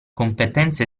competenze